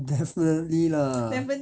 definitely lah